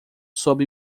sob